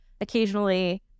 occasionally